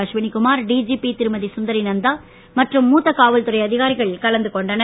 Ashwini Kumar DGP திருமதி சுந்தரி நந்தா மற்றும் மூத்த காவல்துறை அதிகாரிகள் கலந்து கொண்டனர்